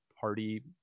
party